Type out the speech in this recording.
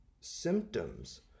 Symptoms